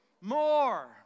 more